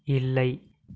இல்லை